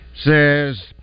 says